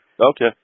Okay